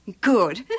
good